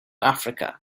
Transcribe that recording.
africa